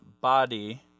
body